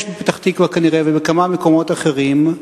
יש בפתח-תקווה, כנראה, ובכמה מקומות אחרים,